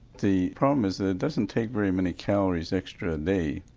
the problem is it doesn't take very many calories extra a day,